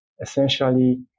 essentially